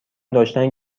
داشتن